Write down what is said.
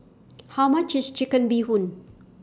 How much IS Chicken Bee Hoon